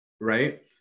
right